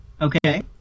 Okay